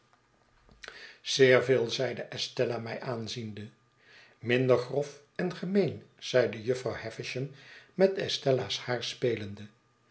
zeer veel zeide estella mij aanziende minder grof en gemeen zeide jufvrouw havisham met estella's haar spelende